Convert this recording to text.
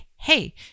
hey